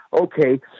Okay